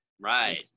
Right